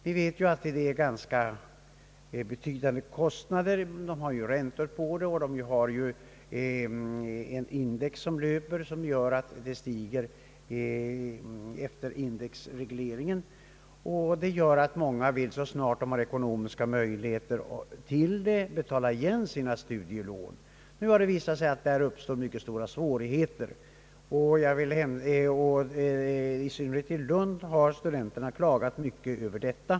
Vi vet att det rör sig om ganska betydande kostnader — de har räntor att betala och en indexreglering som gör att lå nen stiger. Det medför att många studerande vill återbetala sina studielån, så snart de har möjlighet därtill. Nu har det visat sig att detta erbjudit mycket stora svårigheter. I synnerhet i Lund har studenterna klagat mycket.